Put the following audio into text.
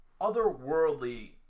otherworldly